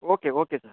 okay okay sir